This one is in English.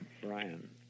Brian